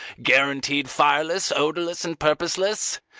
guaranteed fireless, odourless, and purposeless?